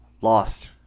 Lost